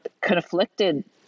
conflicted